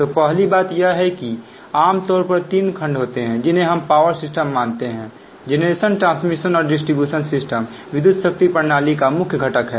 तो पहली बात यह है कि आमतौर पर तीन खंड होते हैं जिन्हें हम पावर सिस्टम मानते हैं जेनरेशन ट्रांसमिशन और डिस्ट्रीब्यूशन सिस्टम विद्युत शक्ति प्रणाली का मुख्य घटक है